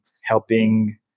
helping